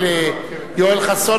של יואל חסון,